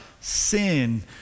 sin